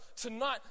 tonight